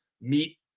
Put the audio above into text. meet